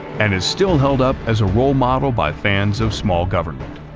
and is still held up as a role model by fans of small government.